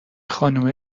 خانومه